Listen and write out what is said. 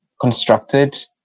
constructed